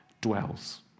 dwells